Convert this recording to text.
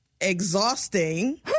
Exhausting